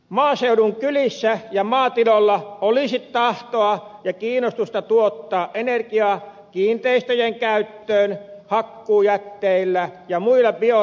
maaseudun kylissä ja maatiloilla olisi tahtoa ja kiinnostusta tuottaa energiaa kiinteistöjen käyttöön hakkuujätteillä ja muilla bioenergialähteillä